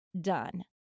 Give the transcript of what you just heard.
done